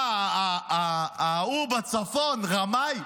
ההוא בצפון רמאי?